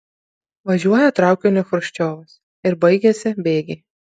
važiuoja traukiniu chruščiovas ir baigiasi bėgiai